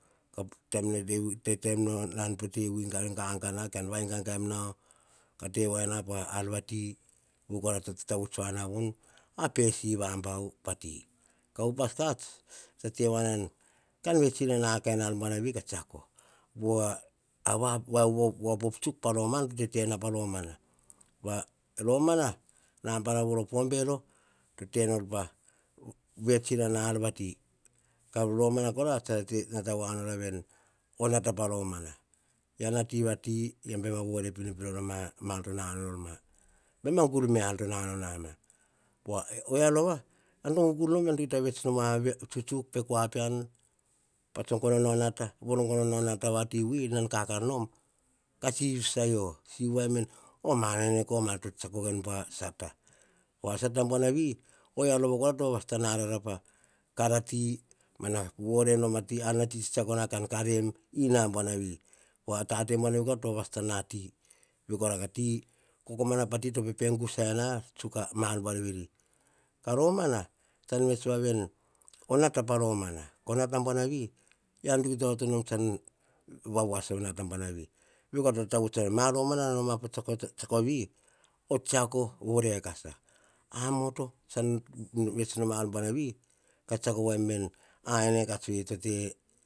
Te taim nan pe te vui gaga na, kan vai gaga em nao. Ka tevoana, pa ar vati, vokora to tatavuts voa na voni. Va pe siva bau pa ti, ka upas kats, to te voa nen, kam vets inana kain ar buanivi, ka tsiako. Pova, va opopo tsuk po raman, to tete na pa romana. Pa romana, nabana voro po bero to nor pa vet inana ar vati. Romana kora, tsara nata voa nora veni. O nate pa romana, ean e tivati, bam a vore pinopino a ma ar to nanao nor ma. Baim a gur me, ar to nanao nama. Povo oyia rova, ean to gugur, to kita vet nom, ar via, tsutsuk pe kua pean, pa tso gono nao o nata gono nao o nata vati vui nan kakar nom, ka siv sasa yo, o mana, ene komana to tsetseako enu a sata. A sata buanavi, oyia rova kora, to vava sata narara pa kar ati, mana vore ati, oir nati tsitsakona, kan kar, ina buanavi? Pova tate buanavi, to vava satana ati. Vei kora, ko, kokomana pati, to pepe gusai na, tsuk a ar buar veri. Ka romana, tsan vets voa veni, o nata pa romana. Ko nata buanavi, ean to kita onoto nom tsan vavoasa a nata buanavi. Vei kora to tatavuts voa na veni. Ma romana nana noma pa tsiako o tsiako vi, o tsiako vo rekasa. A moto tsan vets nom a ar buanavi, ka tsiako voam veni, a ene kats vei tote